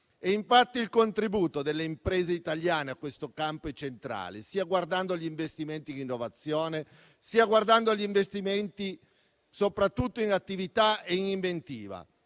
infatti il contributo delle imprese italiane a questo campo è centrale, sia guardando agli investimenti in innovazione sia guardando agli investimenti soprattutto in attività e inventiva.